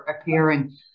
appearing